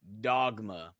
dogma